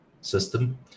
system